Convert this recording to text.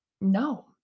no